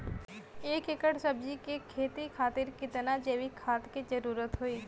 एक एकड़ सब्जी के खेती खातिर कितना जैविक खाद के जरूरत होई?